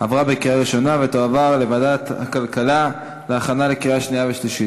עברה בקריאה ראשונה ותועבר לוועדת הכלכלה להכנה לקריאה שנייה ושלישית.